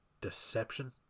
Deception